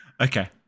Okay